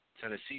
Tennessee